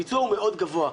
הביצוע הוא מאוד גבוה.